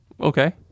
okay